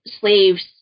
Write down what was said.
slaves